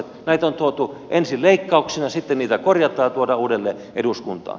näitä on tuotu ensin leikkauksina sitten niitä korjataan ja tuodaan uudelleen eduskuntaan